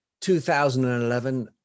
2011